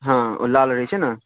हँ ओ लाल रहै छै ने